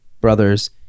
Brothers